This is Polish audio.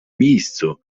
miejscu